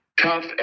tough